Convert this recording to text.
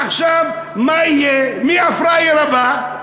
עכשיו, מה יהיה, מי הפראייר הבא?